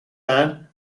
man